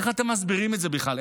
איך אתם מסבירים את זה בכלל?